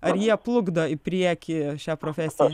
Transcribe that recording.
ar jie plukdo į priekį šią profesiją